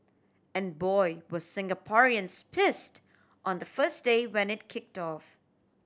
and boy were Singaporeans pissed on the first day when it kicked off